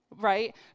right